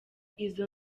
izo